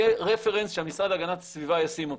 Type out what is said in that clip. יהיה רפרנס שהמשרד להגנת הסביבה ישים אותו.